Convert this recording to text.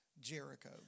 Jericho